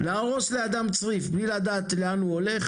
להרוס לאדם צריף בלי לדעת לאן הוא הולך